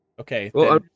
Okay